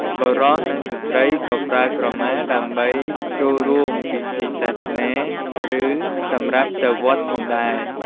បុរស និងស្ត្រីក៏ប្រើក្រមាដើម្បីចូលរួមពិធីសាសនា ឬ សម្រាប់ទៅវត្តផងដែរ។